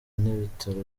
n’ibitaro